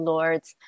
Lord's